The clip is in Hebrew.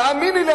תאמיני לי,